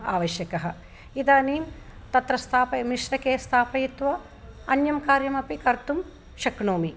आवश्यकः इदानीम् तत्र स्थाप्य मिश्रके स्त्थापयित्वा अन्यत् कार्यमपि कर्तुं शक्नोमि